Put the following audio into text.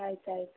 ಆಯ್ತು ಆಯಿತು